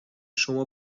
شما